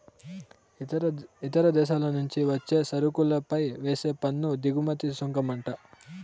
ఇతర దేశాల నుంచి వచ్చే సరుకులపై వేసే పన్ను దిగుమతి సుంకమంట